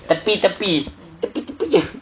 tepi tepi tepi tepi